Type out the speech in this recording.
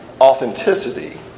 authenticity